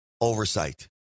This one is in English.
oversight